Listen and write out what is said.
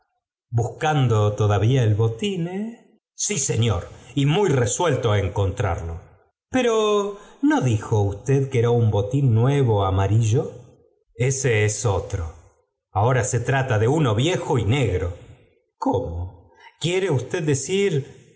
todavía el botín eh sí señor y muy resuelto á encontrarlo pero no dijo usted que era un botín nuevo amarillo eee es otro ahora se trata de uno viejo y negro jcómoi quiere usted decir